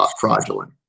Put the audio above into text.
fraudulent